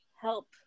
help